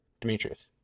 Demetrius